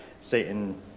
Satan